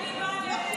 הכנסת,